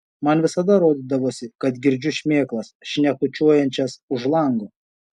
man visada rodydavosi kad girdžiu šmėklas šnekučiuojančias už lango